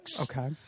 Okay